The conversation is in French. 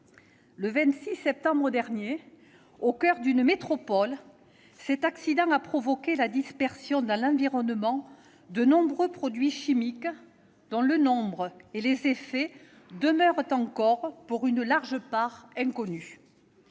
Le 26 septembre dernier, au coeur d'une métropole, cet accident a provoqué la dispersion dans l'environnement de nombreux produits chimiques, dont le nombre et les effets demeurent encore, pour une large part, inconnus.